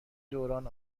دوران